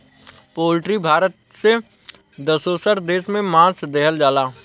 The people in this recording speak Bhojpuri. पोल्ट्री भारत से दोसर देश में मांस देहल जाला